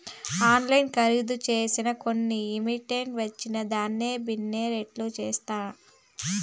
ఆన్లైన్ల కరీదు సేసిన కొన్ని ఐటమ్స్ వచ్చిన దినామే బిన్నే రిటర్న్ చేస్తా